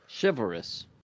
chivalrous